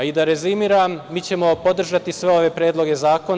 I, da rezimiram, mi ćemo podržati sve ove predloga zakona.